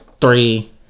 three